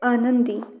आनंदी